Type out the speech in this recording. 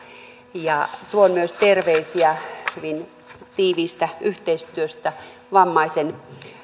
ja tuon myös terveisiä oltuani hyvin tiiviissä yhteistyössä vammaisen